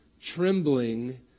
Trembling